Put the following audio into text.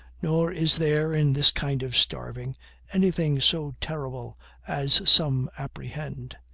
nor is there in this kind of starving anything so terrible as some apprehend.